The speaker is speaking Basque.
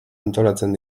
antolatzen